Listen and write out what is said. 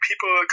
people